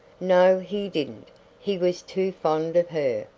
no, he didn't he was too fond of her,